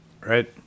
Right